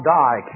die